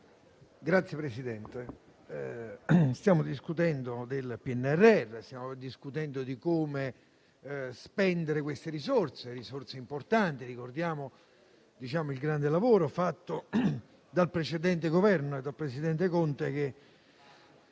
Signor Presidente, stiamo discutendo del PNRR e di come spendere queste risorse importanti. Ricordiamo il grande lavoro fatto dal precedente Governo e dal presidente Conte, che